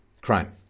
Crime